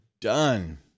done